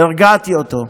הרגעתי אותו.